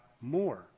more